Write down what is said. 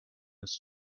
its